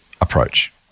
approach